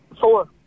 Four